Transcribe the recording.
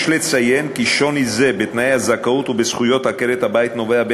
יש לציין כי שוני זה בתנאי הזכאות ובזכויות עקרת-הבית נובע,